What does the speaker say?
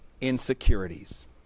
insecurities